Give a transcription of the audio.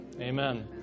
Amen